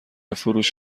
فروش